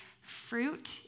fruit